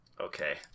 Okay